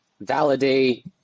validate